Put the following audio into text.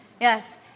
Yes